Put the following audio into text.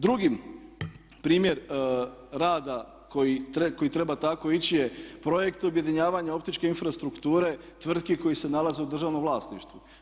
Drugi primjer rada koji treba tako ići je projekt objedinjavanja optičke infrastrukture tvrtki koje se nalaze u državnom vlasništvu.